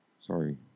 Sorry